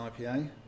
IPA